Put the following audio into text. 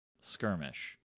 Skirmish